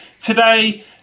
today